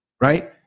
right